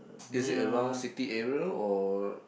is it a round city area or